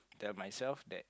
tell myself that